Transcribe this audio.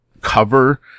cover